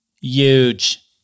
Huge